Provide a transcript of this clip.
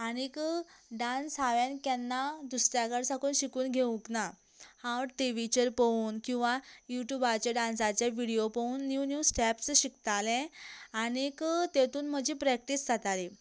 आनी डांस हांवें केन्ना दुसऱ्यां कडच्यान शिकून घेवंक ना हांव टी वीचेर पळोवन किंवा युटूबाचेर डांसाचे विडियो पळोवन न्यू न्यू स्टॅप्स शिकतालें आनी तातूंत म्हजी प्रॅक्टीस जाताली